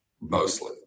mostly